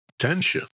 tension